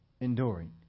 enduring